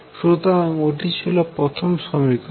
সুতরাং ওটি ছিল প্রথম সমীকরণ